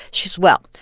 she said, well,